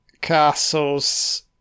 Castle's